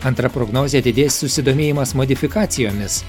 antra prognozė didės susidomėjimas modifikacijomis